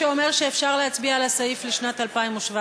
אני קובע כי סעיף 09 לשנת הכספים